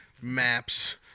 maps